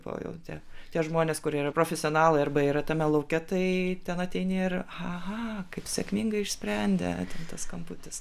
pajautė tie žmonės kurie yra profesionalai arba yra tame lauke tai ten ateini ir aha kaip sėkmingai išsprendė atimtas kamputis